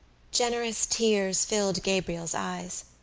generous tears filled gabriel's eyes.